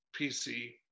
PC